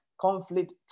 conflict